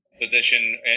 position